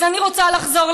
אז אני רוצה לחזור,